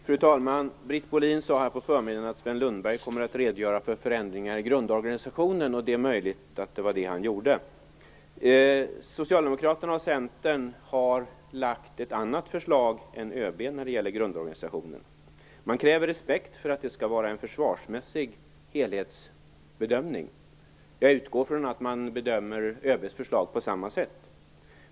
Fru talman! Britt Bohlin sade här på förmiddagen att Sven Lundberg skulle redogöra för förändringar i grundorganisationen. Det är möjligt att det var det som han gjorde. Socialdemokraterna och Centern har lagt fram ett annat förslag än ÖB när det gäller grundorganisationen. Man kräver respekt för att det skall vara en försvarsmässig helhetsbedömning. Jag utgår då från att ÖB:s förslag bedöms på samma sätt.